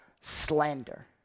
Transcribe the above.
slander